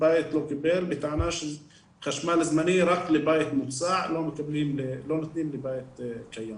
בית לא קיבל בטענה שחשמל זמני רק לבית מוצע לא נותנים לבית קיים.